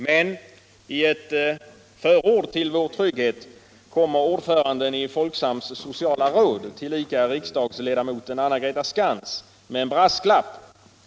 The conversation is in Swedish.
Men i ett förord till ”Vår trygghet” kommer ordföranden i Folksams sociala råd, tillika riksdagsledamoten, Anna-Greta Skantz med en brasklapp.